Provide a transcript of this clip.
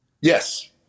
Yes